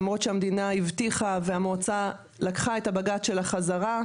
למרות שהמדינה הבטיחה והמועצה לקחה את הבג"ץ שלה חזרה,